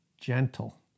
gentle